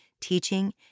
teaching